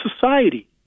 society